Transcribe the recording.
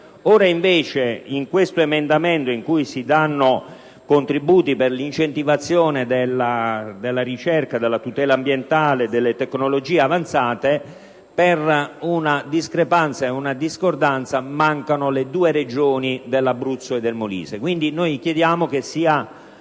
Invece, in questo emendamento in cui si prevedono contributi per l'incentivazione della ricerca, della tutela ambientale e delle tecnologie avanzate, per una discrepanza e una discordanza, mancano le due Regioni Abruzzo e Molise.